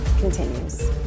continues